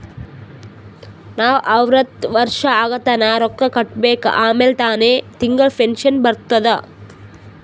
ನಾವ್ ಅರ್ವತ್ ವರ್ಷ ಆಗತನಾ ರೊಕ್ಕಾ ಕಟ್ಬೇಕ ಆಮ್ಯಾಲ ತಾನೆ ತಿಂಗಳಾ ಪೆನ್ಶನ್ ಬರ್ತುದ್